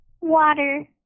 Water